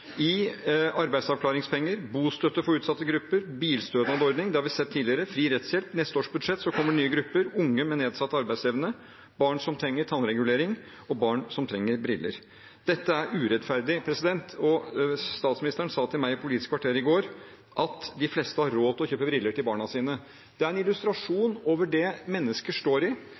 i arbeidsavklaringspenger, bostøtte for utsatte grupper, bilstønadsordning – det har vi sett tidligere – og fri rettshjelp. I neste års budsjett gjelder det nye grupper: unge med nedsatt arbeidsevne, barn som trenger tannregulering, og barn som trenger briller. Dette er urettferdig. Statsministeren sa til meg i Politisk kvarter i går at de fleste har råd til å kjøpe briller til barna sine. Det er en illustrasjon på det mennesker står i.